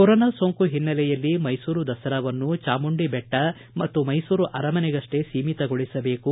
corona ಸೋಂಕು ಹಿನ್ನೆಲೆಯಲ್ಲಿ ಮೈಸೂರು ದಸರಾವನ್ನು ಚಾಮುಂಡಿ ಬೆಟ್ಟ ಮತ್ತು ಮೈಸೂರು ಅರಮನೆಗಷ್ಟೇ ಸೀಮಿತಗೊಳಿಸಬೇಕು